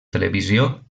televisió